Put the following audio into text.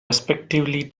respectively